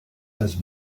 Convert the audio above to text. has